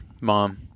mom